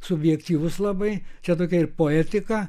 subjektyvus labai čia tokia ir poetika